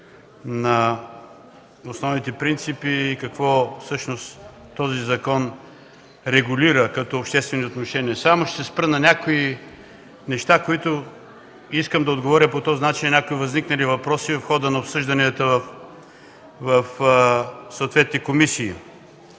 на основните принципи и какво всъщност регулира този закон като обществени отношения. Ще се спра само на някои неща, с което искам да отговоря по този начин на някои възникнали въпроси в хода на обсъжданията в съответните комисии.